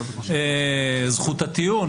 זכות הטיעון,